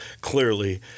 clearly